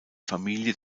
familie